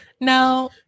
Now